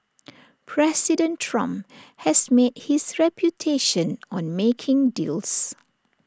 President Trump has made his reputation on making deals